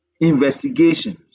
investigations